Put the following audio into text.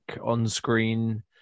on-screen